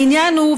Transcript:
העניין הוא,